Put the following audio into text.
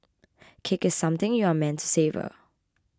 cake is something you are meant to savour